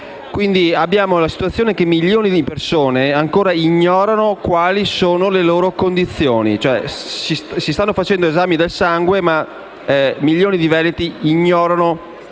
abitanti. Quindi milioni di persone ancora ignorano quali siano le loro condizioni. Si stanno facendo esami del sangue, ma milioni di veneti ignorano le loro condizioni.